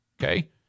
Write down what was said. Okay